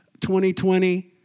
2020